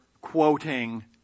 quoting